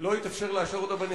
לא התאפשר לאשר אותו בנשיאות,